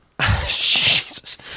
Jesus